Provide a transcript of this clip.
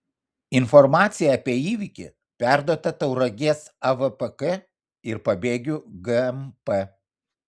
informacija apie įvykį perduota tauragės avpk ir pagėgių gmp